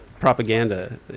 propaganda